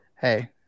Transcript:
Hey